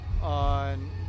on